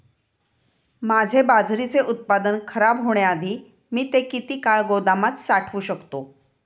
माझे बाजरीचे उत्पादन खराब होण्याआधी मी ते किती काळ गोदामात साठवू शकतो?